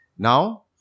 Now